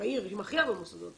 בעיר עם הכי הרבה מוסדות תרבות.